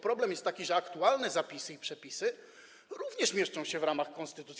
Problem jest taki, że aktualne zapisy i przepisy również mieszczą się w ramach konstytucji.